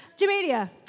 Jamelia